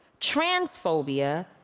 transphobia